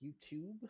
YouTube